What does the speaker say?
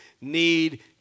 need